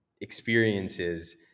experiences